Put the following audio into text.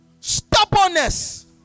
Stubbornness